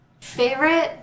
Favorite